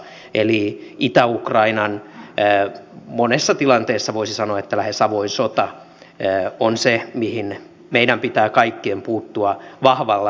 eli itä ukrainan monessa tilanteessa voisi sanoa että lähes avoin sota on se mihin meidän pitää kaikkien puuttua vahvalla otteella